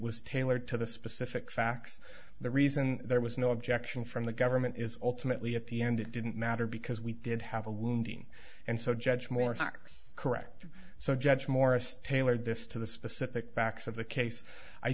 was tailored to the specific facts the reason there was no objection from the government is ultimately at the end it didn't matter because we did have a wounding and so judge moore harks correct so judge morris tailored this to the specific backs of the case i